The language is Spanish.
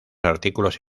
artículos